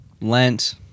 lent